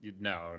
No